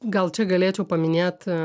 gal čia galėčiau paminėt